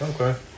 okay